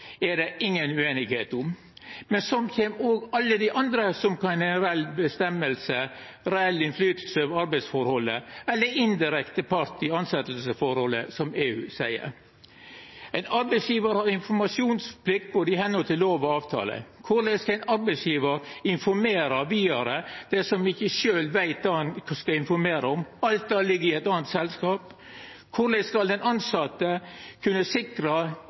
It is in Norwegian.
er det inga usemje om, men så kjem òg alle dei andre, dei som reelt bestemmer, dei som har reell påverknad over arbeidsforholdet, eller som er indirekte part i tilsettingsforholdet, som EU seier. Ein arbeidsgjevar har informasjonsplikt i samsvar med lov og avtale, men korleis skal ein arbeidsgjevar kunne informera vidare dersom han ikkje sjølv veit kva han skal informera om? Alt det ligg i eit anna selskap. Korleis skal den tilsette kunne sikra